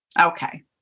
Okay